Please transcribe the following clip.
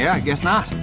yeah guess not.